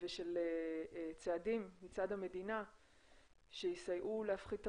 ושל צעדים מצד המדינה שיסייעו להפחית את